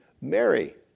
Mary